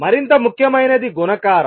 మరింత ముఖ్యమైనది గుణకారం